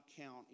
count